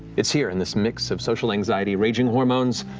it's here in this mix of social anxiety, raging hormones,